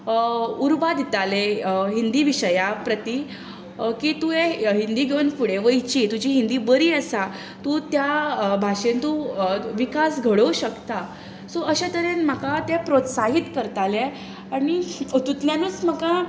उर्बा दिताले हिंदी विशया प्रती की तुंवें हिंदी घेवन फुडें वयची तुजी हिंदी बरी आसा तूं त्या भासेन तूं विकास घडोवंक शकता सो अशा तरेन म्हाका ते प्रोत्साहीत करताले आनी हातुंतल्यानूच म्हाका